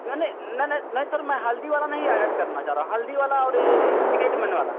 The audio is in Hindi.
नहीं नहीं नहीं नहीं नहीं सर मैं हल्दी वाला नहीं ऐड करना चाह रहा हल्दी वाला और यह इंडीगेटमेन वाला